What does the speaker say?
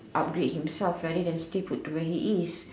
upgrade himself rather than stay put where he is